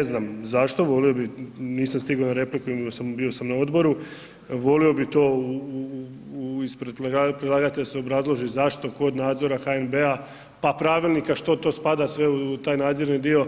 Ne znam zašto, volio bi, nisam stigao na repliku, imao sam, bio sam na odboru, volio bi to u ispred predlagatelj se obrazloži zašto kod nadzora HNB-a, pa pravilnika, što to spada sve u taj nadzorni dio,